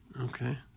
Okay